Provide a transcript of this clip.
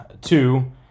Two